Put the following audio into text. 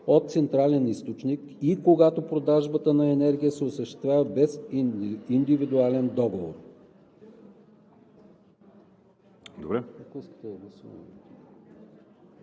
от централен източник, и когато продажбата на енергия се осъществява без индивидуален договор.“